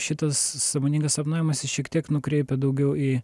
šitas sąmoningas sapnavimas jis šiek tiek nukreipia daugiau į